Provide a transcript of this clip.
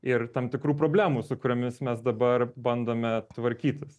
ir tam tikrų problemų su kuriomis mes dabar bandome tvarkytis